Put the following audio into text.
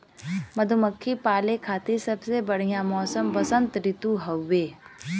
मधुमक्खी पाले खातिर सबसे बढ़िया मौसम वसंत ऋतु हउवे